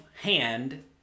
hand